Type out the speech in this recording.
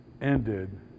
ended